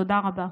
תודה רבה.